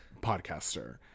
podcaster